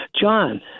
John